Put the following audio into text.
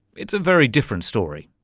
it's a very different story.